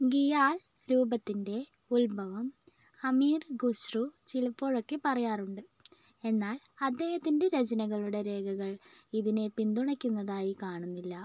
ഖിയാൽ രൂപത്തിൻ്റെ ഉത്ഭവം അമീർ ഖുസ്രു ചിലപ്പോഴൊക്കെ പറയാറുണ്ട് എന്നാൽ അദ്ദേഹത്തിൻ്റെ രചനകളുടെ രേഖകൾ ഇതിനെ പിന്തുണയ്ക്കുന്നതായി കാണുന്നില്ല